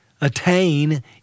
attain